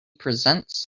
presents